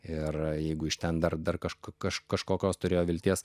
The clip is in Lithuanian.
ir jeigu iš ten dar dar kažkur kažką kažkokios turėjo vilties